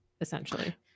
essentially